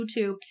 YouTube